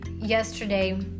yesterday